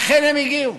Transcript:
ואכן הם הגיעו.